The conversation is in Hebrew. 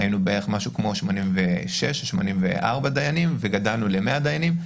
היו בערך 86 או 84 דיינים וגדלנו ל-100 דיינים.